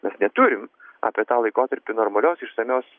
mes neturim apie tą laikotarpį normalios išsamios